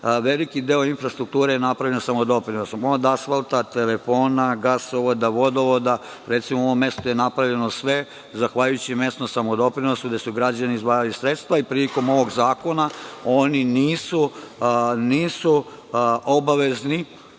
veliki deo infrastrukture je napravljen samodoprinosom, od asfalta, telefona, gasovoda, vodovoda. Recimo, u mom mestu je napravljeno sve zahvaljujući mesnom samodoprinosu, gde su građani izdvajali sredstva i prilikom ovog zakona, oni nisu obavezni